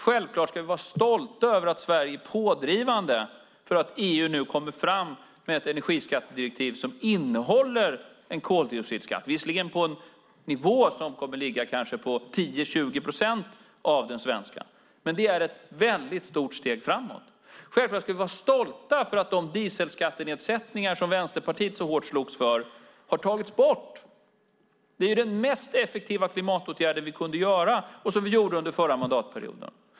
Självklart ska vi vara stolta över att Sverige är pådrivande för att EU nu kommer fram med ett energiskattedirektiv som innehåller en koldioxidskatt - visserligen på en nivå som kommer att ligga kanske på 10-20 procent av den svenska, men det är ett väldigt stort steg framåt. Självklart ska vi vara stolta för att de dieselskattenedsättningar som Vänsterpartiet så hårt slogs för har tagits bort. Det är den mest effektiva klimatåtgärd vi kunde göra och som vi gjorde under förra mandatperioden.